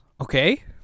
Okay